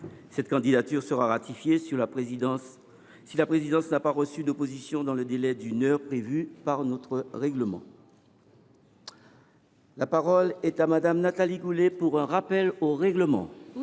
Cette candidature sera ratifiée si la présidence n’a pas reçu d’opposition dans le délai d’une heure prévu par notre règlement. La parole est à Mme Nathalie Goulet, pour un rappel au règlement.